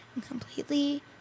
completely